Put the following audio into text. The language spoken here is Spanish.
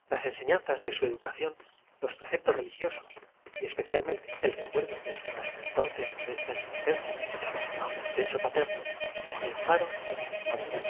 momentáneo frenesí las enseñanzas de su educación los pre nerviosa que se siente cuando al despertar termina una sensación ceptos religiosos y especialmente el recuerdo de su haia entonces penosa empezada durante el sueño se cumple en nosotros un acto fi modesta existencia bajo el techo paterno triunfaron de sus malos pen